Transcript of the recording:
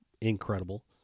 incredible